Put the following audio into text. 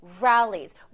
rallies